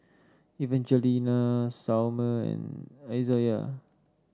Evangelina Selmer and Izayah